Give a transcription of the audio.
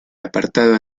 apartado